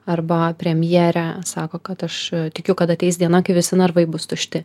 arba premjerė sako kad aš tikiu kad ateis diena kai visi narvai bus tušti